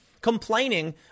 complaining